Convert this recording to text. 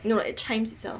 no at Chijmes itself